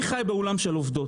אני חי בעולם של עובדות.